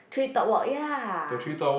treetop walk ya